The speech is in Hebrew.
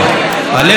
הלקטורים,